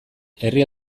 herri